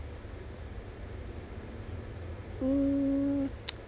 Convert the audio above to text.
mm